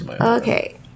Okay